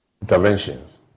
interventions